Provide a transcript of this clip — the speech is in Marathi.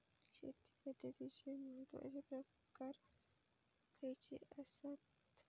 शेती पद्धतीचे महत्वाचे प्रकार खयचे आसत?